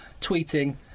tweeting